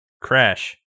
Crash